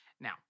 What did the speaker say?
Now